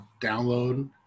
download